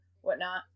whatnot